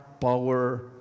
power